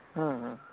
ᱦᱮᱸ